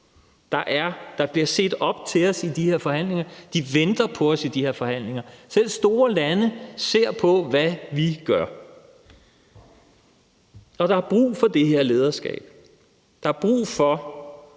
Der bliver set op til os i de her forhandlinger; de venter på os i de her forhandlinger. Selv store lande ser på, hvad vi gør. Og der er brug for det her lederskab; der er brug for,